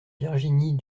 virginie